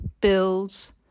builds